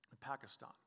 Pakistan